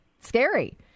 scary